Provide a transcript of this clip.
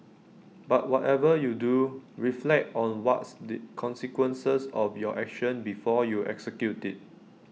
but whatever you do reflect on what's the consequences of your action before you execute IT